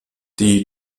die